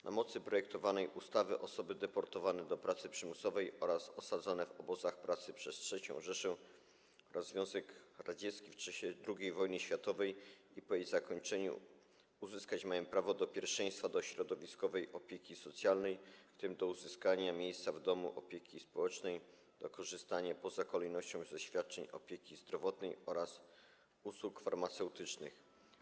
Na mocy projektowanej ustawy osoby deportowane do pracy przymusowej oraz osadzone w obozach pracy przez III Rzeszę oraz Związek Radziecki w czasie II wojny światowej i po jej zakończeniu mają uzyskać prawo do pierwszeństwa w zakresie środowiskowej opieki socjalnej, w tym do uzyskania miejsca w domu opieki społecznej, do korzystania poza kolejnością ze świadczeń opieki zdrowotnej oraz usług farmaceutycznych.